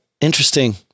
Interesting